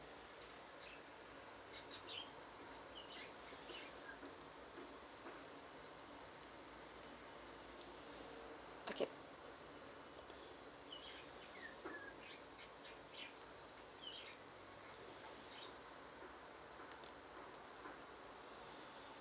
okay